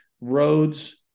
roads